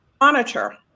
monitor